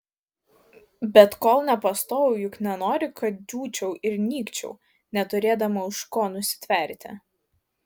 bet kol nepastojau juk nenori kad džiūčiau ir nykčiau neturėdama už ko nusitverti